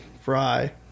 fry